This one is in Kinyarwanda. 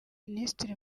minisitiri